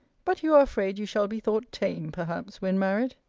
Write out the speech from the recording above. but you are afraid you shall be thought tame, perhaps, when married.